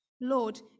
Lord